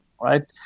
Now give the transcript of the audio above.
right